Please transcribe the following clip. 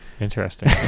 Interesting